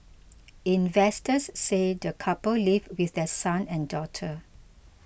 investors say the couple live with their son and daughter